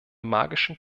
magischen